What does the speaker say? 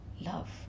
love